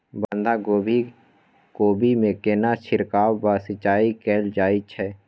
बंधागोभी कोबी मे केना छिरकाव व सिंचाई कैल जाय छै?